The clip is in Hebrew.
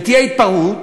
ותהיה התפרעות,